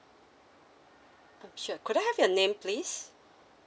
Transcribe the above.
sure could I have your name please